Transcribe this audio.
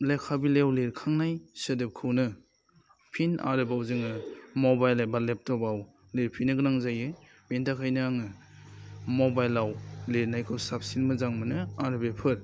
लेखा बिलाइयाव लिरखांनाय सोदोबखौनो फिन आरोबाव जोङो मबाइल एबा लेपटबाव लिरफिननो गोनां जायो बिनि थाखायनो आङो मबाइलाव लिरनायखौ साबसिन मोजां मोनो आर बेफोर